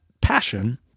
passion